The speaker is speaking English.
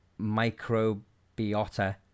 microbiota